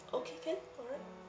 okay can alright